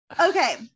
Okay